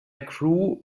crew